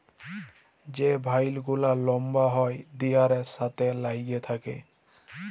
যে ভাইল গুলা লম্বা হ্যয় দিয়ালের সাথে ল্যাইগে থ্যাকে